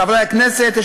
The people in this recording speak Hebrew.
חברי הכנסת,